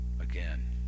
Again